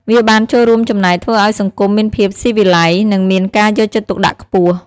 វាបានចូលរួមចំណែកធ្វើឱ្យសង្គមមានភាពស៊ីវិល័យ និងមានការយកចិត្តទុកដាក់ខ្ពស់។